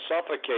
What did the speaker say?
suffocate